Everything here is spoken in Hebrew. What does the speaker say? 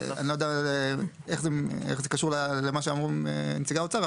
אני לא יודע איך זה קשור למה שאמרו נציגי האוצר,